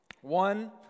one